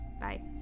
Bye